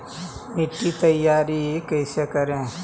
मिट्टी तैयारी कैसे करें?